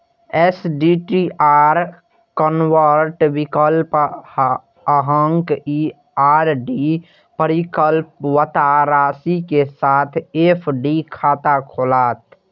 STDR convert विकल्प अहांक ई आर.डी परिपक्वता राशि के साथ एफ.डी खाता खोलत